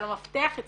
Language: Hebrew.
אבל המפתח אצלכם.